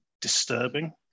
disturbing